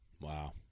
Wow